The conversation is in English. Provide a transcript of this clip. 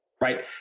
right